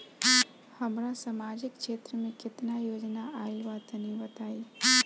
हमरा समाजिक क्षेत्र में केतना योजना आइल बा तनि बताईं?